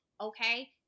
Okay